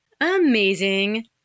amazing